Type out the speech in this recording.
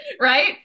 right